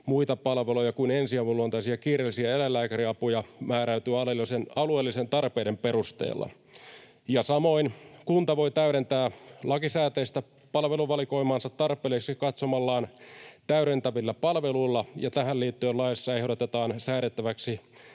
muita palveluja kuin ensiavun luonteisia kiireellisiä eläinlääkäriapuja määräytyy alueellisten tarpeiden perusteella. Samoin kunta voi täydentää lakisääteistä palveluvalikoimaansa tarpeelliseksi katsomillaan täydentävillä palveluilla, ja tähän liittyen laissa ehdotetaan säädettäväksi